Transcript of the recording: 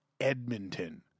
Edmonton